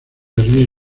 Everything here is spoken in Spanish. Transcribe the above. berlín